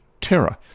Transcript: terror